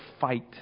fight